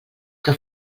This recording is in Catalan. que